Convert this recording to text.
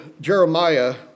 Jeremiah